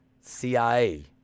CIA